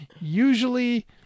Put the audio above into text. usually